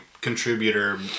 Contributor